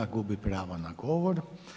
Gubi pravo na govor.